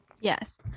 Yes